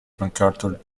macarthur